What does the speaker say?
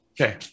Okay